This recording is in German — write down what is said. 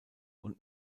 und